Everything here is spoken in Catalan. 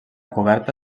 coberta